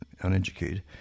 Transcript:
uneducated